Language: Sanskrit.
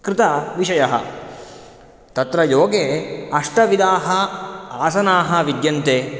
कृतविषयः तत्र योगे अष्ट विधाः आसनाः विद्यन्ते